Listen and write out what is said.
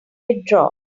withdraw